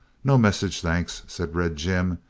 no message, thanks, said red jim.